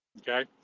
Okay